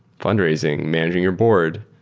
fundraising, managing your board,